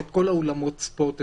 את כל אולמות הספורט,